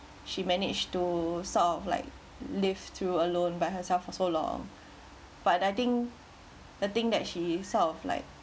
she managed to sort of like live through alone by herself for so long but I think the thing that she sort of like